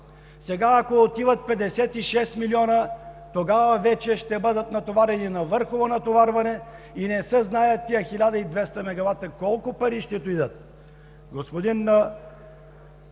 Сега, ако отиват 56 милиона, тогава вече ще бъдат натоварени до върхово натоварване и не се знае за тези 1200 мегавата колко пари ще отидат.